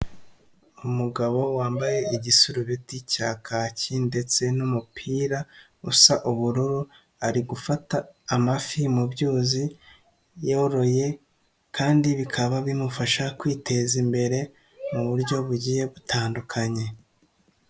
Umugabo wambaye igisurubeti cya kaki ndetse n'umupira, usa ubururu, ari gufata amafi mu byuzi yoroye kandi bikaba bimufasha kwiteza imbere mu buryo bugiye butandukanye.